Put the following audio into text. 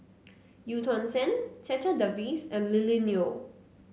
Eu Tong Sen Checha Davies and Lily Neo